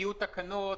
יהיו תקנות,